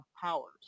powers